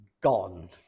gone